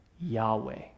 Yahweh